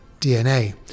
DNA